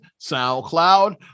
SoundCloud